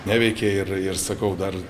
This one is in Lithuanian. neveikė ir ir sakau dar